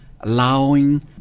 allowing